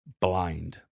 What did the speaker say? blind